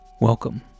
Welcome